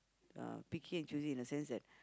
uh picky and choosy in a sense that